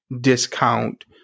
discount